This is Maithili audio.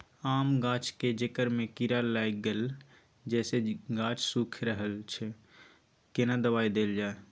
आम गाछ के जेकर में कीरा लाईग गेल जेसे गाछ सुइख रहल अएछ केना दवाई देल जाए?